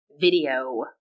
video